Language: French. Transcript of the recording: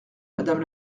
madame